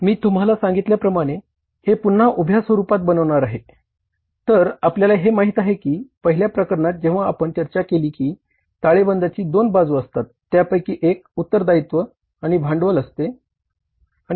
म्हणून मी पुन्हा लिहितो मी त्यास विशिष्ट स्वरूपात तयार करीत आहे कारण आपण मिळकत विवरणपत्र असते